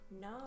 No